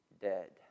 Dead